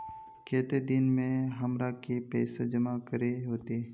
केते दिन में हमरा के पैसा जमा करे होते?